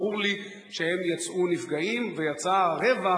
ברור לי שהם יצאו נפגעים ויצא רווח,